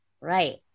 Right